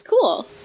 Cool